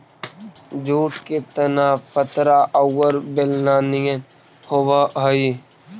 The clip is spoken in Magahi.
जूट के तना पतरा औउर बेलना निअन होवऽ हई